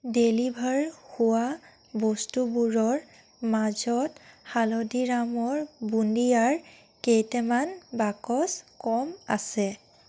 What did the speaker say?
deliver হোৱা বস্তুবোৰৰ মাজত হালদিৰামৰ বুণ্ডিয়াৰ কেইটামান বাকচ কম আছে